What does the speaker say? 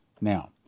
now